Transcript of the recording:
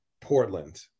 Portland